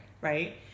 Right